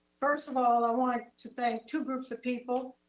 first of all, i wanted to thank two groups of people.